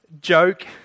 Joke